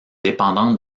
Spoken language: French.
dépendante